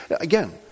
again